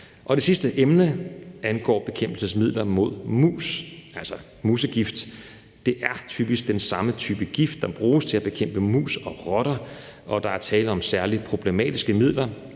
Det sidste emne angår bekæmpelsesmidler mod mus, altså musegift. Det er typisk den samme type gift, der bruges til at bekæmpe mus og rotter. Der er tale om særlig problematiske midler,